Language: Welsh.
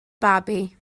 babi